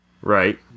Right